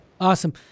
Awesome